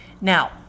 Now